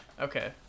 Okay